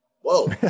Whoa